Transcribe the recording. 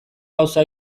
gauza